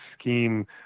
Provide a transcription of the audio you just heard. scheme